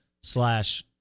slash